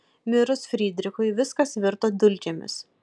mirus frydrichui viskas virto dulkėmis